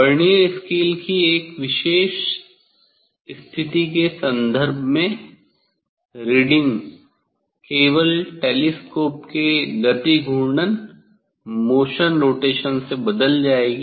vernier scale की एक विशेष स्थिति के संदर्भ में रीडिंग केवल टेलीस्कोप के गति घूर्णन से बदल जाएगी